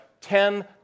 ten